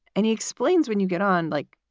and he explains when you get on, like,